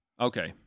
Okay